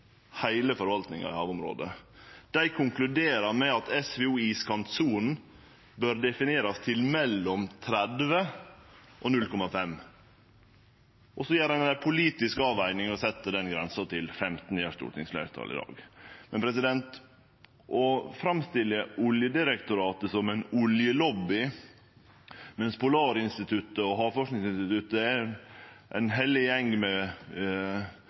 heile forvaltninga i havområdet. Dei konkluderer med at SVO iskantsonen bør definerast til mellom 30 og 0,5 pst. Og så gjer ein ei politisk avveging og set grensa til 15 pst. Det gjer stortingsfleirtalet i dag. Ein framstiller Oljedirektoratet som ein oljelobby, mens Polarinstituttet og Havforskningsinstituttet er ein heilag gjeng med